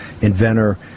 inventor